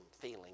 feeling